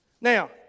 Now